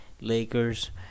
Lakers